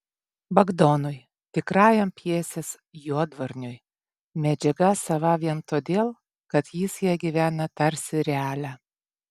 bagdonui tikrajam pjesės juodvarniui medžiaga sava vien todėl kad jis ja gyvena tarsi realia